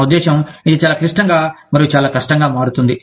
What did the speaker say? నా ఉద్దేశ్యం ఇది చాలా క్లిష్టంగా మరియు చాలా కష్టంగా మారుతుంది